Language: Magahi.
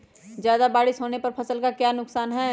ज्यादा बारिस होने पर फसल का क्या नुकसान है?